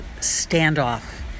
standoff